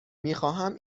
میخواهم